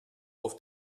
auf